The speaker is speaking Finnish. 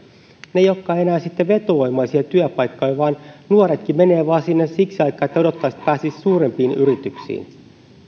ne eivät olekaan sitten enää vetovoimaisia työpaikkoja vaan nuoretkin menevät sinne vain siksi aikaa että odottavat että pääsisivät suurempiin yrityksiin